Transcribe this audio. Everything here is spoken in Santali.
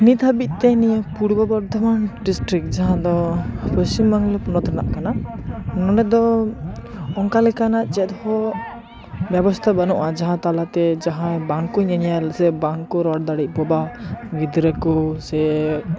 ᱱᱤᱛ ᱫᱷᱟᱹᱵᱤᱡ ᱛᱮ ᱱᱤᱭᱟᱹ ᱯᱩᱨᱵᱚ ᱵᱚᱨᱫᱷᱚᱢᱟᱱ ᱰᱤᱥᱴᱨᱤᱠᱴ ᱡᱟᱦᱟᱸ ᱫᱚ ᱯᱚᱥᱪᱤᱢ ᱵᱟᱝᱞᱟ ᱯᱚᱱᱚᱛ ᱨᱮᱱᱟᱜ ᱠᱟᱱᱟ ᱱᱚᱰᱮ ᱫᱚ ᱚᱱᱠᱟ ᱞᱮᱠᱟᱱᱟᱜ ᱪᱮᱫ ᱦᱚᱸ ᱵᱮᱵᱚᱥᱛᱟ ᱵᱟ ᱱᱩᱜᱼᱟ ᱡᱟᱦᱟᱸ ᱛᱟᱞᱟᱛᱮ ᱡᱟᱦᱟᱭ ᱵᱟᱝ ᱠᱚ ᱧᱮᱧᱮᱞ ᱥᱮ ᱵᱟᱝ ᱠᱚ ᱨᱚᱲ ᱫᱟᱲᱮᱜ ᱵᱚᱵᱟ ᱜᱤᱫᱽᱨᱟᱹ ᱠᱩ ᱥᱮ